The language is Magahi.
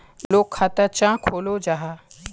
लोग खाता चाँ खोलो जाहा?